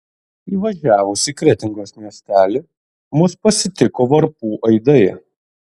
įvažiavus į kretingos miestelį mus pasitiko varpų aidai